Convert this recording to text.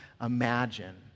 imagine